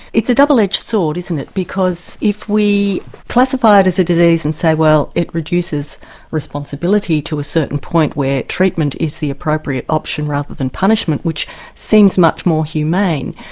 it's a double-edged sword, isn't it, because if we classify it as a disease and say, well, it reduces reduces responsibility to a certain point where treatment is the appropriate ah action rather than punishment which seems much more humane,